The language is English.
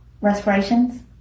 respirations